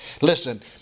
Listen